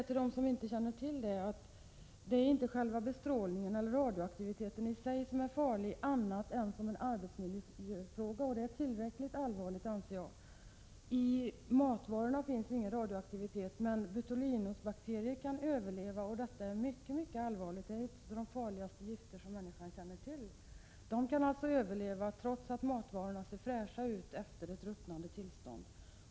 Till dem som inte känner till det vill jag säga: Det är inte själva bestrålningen eller radioaktiviteten i sig som är farlig, annat än som en arbetsmiljöfråga, vilket i och för sig är tillräckligt allvarligt. Det finns ingen radioaktivitet i matvarorna, men botulinusbakterierna kan överleva, och det är mycket allvarligt. Det handlar om ett av de farligaste gifter som människan känner till, och dessa bakterier kan alltså överleva, trots att matvarorna ser fräscha ut efter ett ruttnande tillstånd.